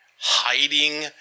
Hiding